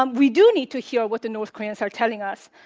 um we do need to hear what the north koreans are telling us.